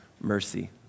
mercy